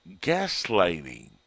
gaslighting